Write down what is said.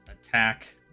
attack